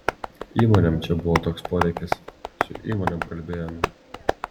įmonėm čia buvo toks poreikis su įmonėm kalbėjome